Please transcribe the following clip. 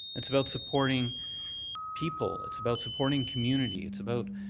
it's about supporting people, it's about supporting community, it's about